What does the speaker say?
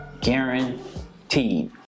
guaranteed